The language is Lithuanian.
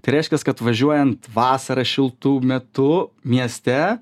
tai reiškias kad važiuojant vasarą šiltu metu mieste